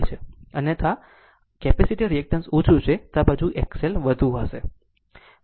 અને અન્યમાં capacitance reactance ઓછું છે પરંતુ આ એક XL વધુ હશે